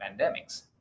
pandemics